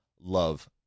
Love